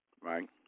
Right